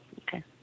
okay